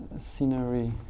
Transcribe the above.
scenery